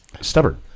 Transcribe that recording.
stubborn